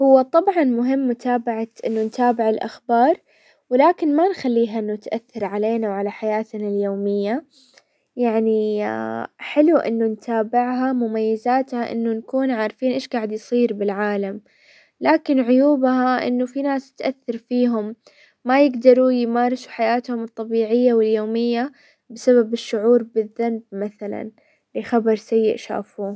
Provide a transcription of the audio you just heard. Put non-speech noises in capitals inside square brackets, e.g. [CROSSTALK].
هو طبعا مهم متابعة-انه نتابع الاخبار، ولكن ما نخليها انه تأثر علينا وعلى حياتنا اليومية، يعني [HESITATION] حلو انه نتابعها، مميزاتها انه نكون عارفين ايش قاعد يصير بالعالم، لكن عيوبها انه في ناس تأثر فيهم وما يقدروا يمارسوا حياتهم الطبيعية واليومية بسبب الشعور بالذنب مثلا في خبر سيء شافوه.